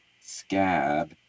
scab